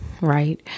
right